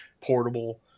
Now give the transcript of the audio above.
portable